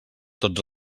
tots